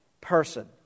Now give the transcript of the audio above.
person